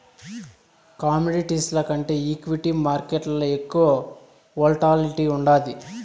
కమోడిటీస్ల కంటే ఈక్విటీ మార్కేట్లల ఎక్కువ వోల్టాలిటీ ఉండాది